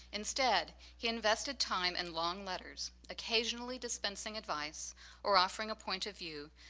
instead, he invested time and long letters, occasionally dispensing advice or offering a point of view,